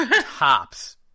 tops